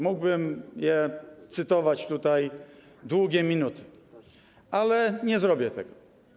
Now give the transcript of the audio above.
Mógłbym je cytować tutaj długie minuty, ale nie zrobię tego.